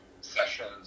sessions